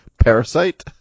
parasite